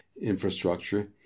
infrastructure